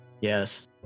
Yes